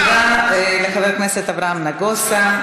תודה לחבר הכנסת אברהם נגוסה.